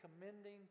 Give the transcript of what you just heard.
commending